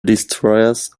destroyers